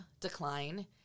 decline